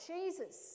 Jesus